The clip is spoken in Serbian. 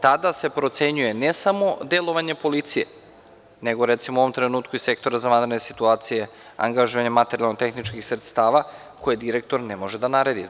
Tada se procenjuje ne samo delovanje policije, nego, recimo, u ovom trenutku i Sektora za vanredne situacije, angažovanje materijalno-tehničkih sredstava, koje direktor ne može da naredi.